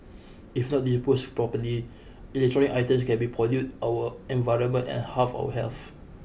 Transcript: if not disposed properly electronic items can be pollute our environment and harm our health